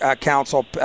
Council